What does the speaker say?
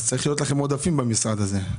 צריכים להיות לכם עודפים במשרד הזה.